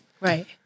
Right